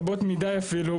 רבות מידי אפילו,